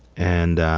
and